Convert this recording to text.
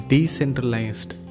Decentralized